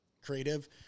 creative